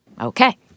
Okay